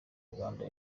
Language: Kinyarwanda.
rwanda